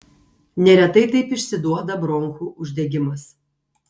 neretai taip išsiduoda bronchų uždegimas